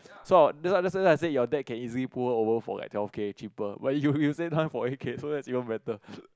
so I that that why I said your date can easily put off over for like twelve K cheaper but you you said time for A K so is even better